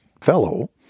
fellow